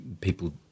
people